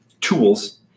tools